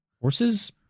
horses